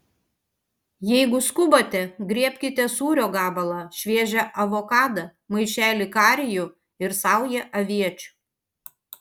jeigu skubate griebkite sūrio gabalą šviežią avokadą maišelį karijų ir saują aviečių